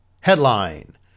Headline